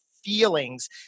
feelings